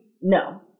No